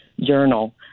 journal